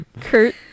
Kurt